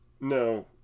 No